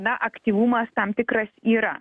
na aktyvumas tam tikras yra